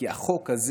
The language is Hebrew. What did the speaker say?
כי החוק הזה